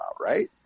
right